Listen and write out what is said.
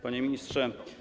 Panie Ministrze!